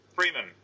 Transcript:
Freeman